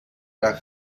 era